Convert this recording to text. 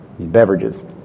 beverages